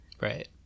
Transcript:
Right